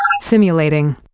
Simulating